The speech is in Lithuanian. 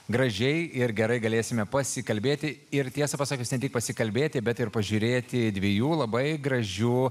gražiai ir gerai galėsime pasikalbėti ir tiesą pasakius ne tik pasikalbėti bet ir pažiūrėti dviejų labai gražių